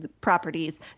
properties